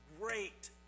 great